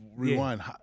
Rewind